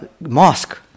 mosque